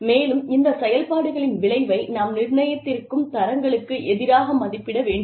மேலும் இந்த செயல்பாடுகளின் விளைவை நாம் நிர்ணயித்திருக்கும் தரங்களுக்கு எதிராக மதிப்பிட வேண்டும்